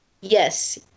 yes